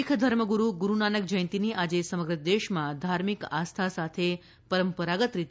શીખ ધર્મગુરૂ ગુરૂનાનક જયંતિની આજે સમગ્ર દેશમાં ધાર્મિક આસ્થા સાથે પરંપરાગતરીતે